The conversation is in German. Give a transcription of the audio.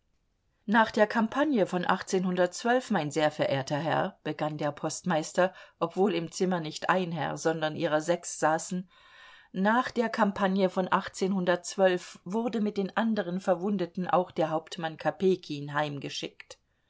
nach der campagne von mein sehr verehrter herr begann der postmeister obwohl im zimmer nicht ein herr sondern ihrer sechs saßen nach der campagne von wurde mit den anderen verwundeten auch der hauptmann kopejkin heimgeschickt